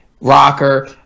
rocker